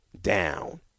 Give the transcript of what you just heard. down